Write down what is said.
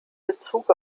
bezug